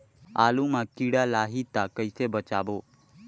आलू मां कीड़ा लाही ता कइसे बचाबो?